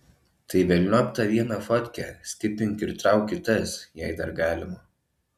tai velniop tą vieną fotkę skipink ir trauk kitas jei dar galima